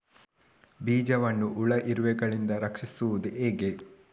ಬೀಜವನ್ನು ಹುಳ, ಇರುವೆಗಳಿಂದ ರಕ್ಷಿಸುವುದು ಹೇಗೆ?